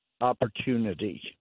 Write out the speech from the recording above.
opportunity